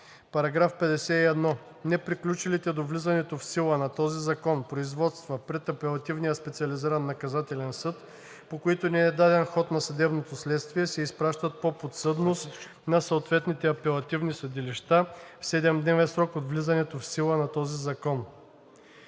§ 51: „§ 51. Неприключилите до влизането в сила на този закон производства пред Апелативния специализиран наказателен съд, по които не е даден ход на съдебното следствие, се изпращат по подсъдност на съответните апелативни съдилища в 7-дневен срок от влизането в сила на този закон.“